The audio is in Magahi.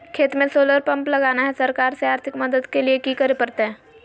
खेत में सोलर पंप लगाना है, सरकार से आर्थिक मदद के लिए की करे परतय?